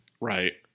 Right